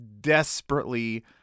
desperately